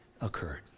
occurred